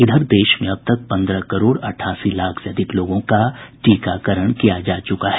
इधर देश में अब तक पन्द्रह करोड़ अठासी लाख से अधिक लोगों का टीकाकरण किया जा चुका है